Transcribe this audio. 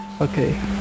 okay